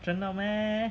真的 meh